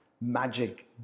magic